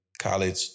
college